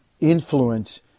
influence